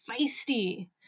feisty